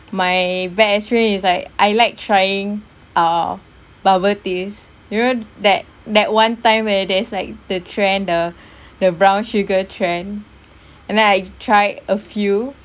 my bad experience is like I like trying uh bubble teas you know that that one time where there's like the trend the the brown sugar trend and then I try a few